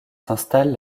s’installent